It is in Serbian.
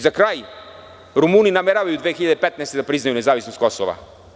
Za kraj, Rumuni nameravaju da priznaju 2015. godine nezavisnost Kosova.